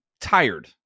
tired